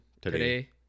today